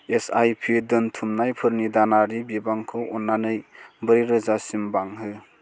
SIP दोनथुमनायफोरनि दानारि बिबांखौ अन्नानै ब्रै रोजासिम बांहो